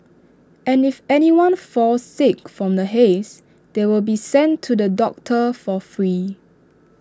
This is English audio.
and if anyone falls sick from the haze they will be sent to the doctor for free